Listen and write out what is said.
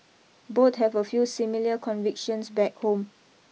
both have a few similar convictions back home